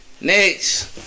Next